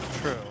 true